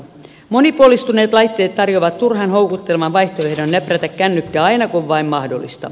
monipuolistuneet laitteet tarjoavat turhan houkuttelevan vaihtoehdon näprätä kännykkää aina kun on vain mahdollista